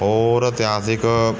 ਹੋਰ ਇਤਿਹਾਸਿਕ